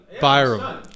Byram